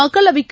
மக்களவைக்கு